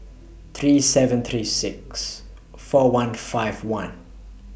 three seven three six four one and five one